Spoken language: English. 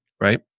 Right